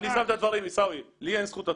אני שם את הדברים, עיסאווי, לי אין זכות הצבעה,